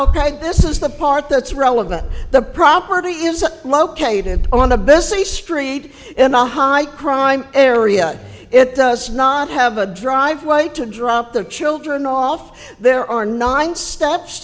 ok this is the part that's relevant the property is located on a busy street in a high crime area it does not have a driveway to drop their children off there are nine s